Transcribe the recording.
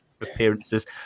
appearances